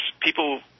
people